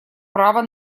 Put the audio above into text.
право